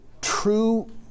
true